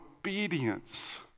obedience